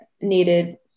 needed